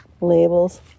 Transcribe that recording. labels